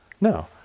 No